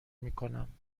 میکنم